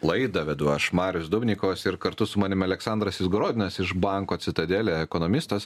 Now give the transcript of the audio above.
laidą vedu aš marius dubnikovas ir kartu su manim aleksandras izgorodinas iš banko citadelė ekonomistas